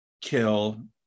kill